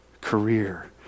career